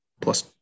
plus